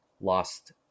lost